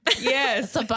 Yes